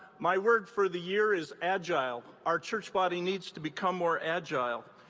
my word for the year is agile. our church body needs to become more agile.